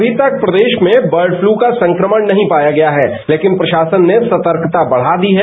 अभी तक प्रदेश में बर्ड फ्लू का संक्रमण नहीं पाया गया है लेकिन प्रशासन ने सतर्कता बढ़ा दी है